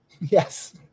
Yes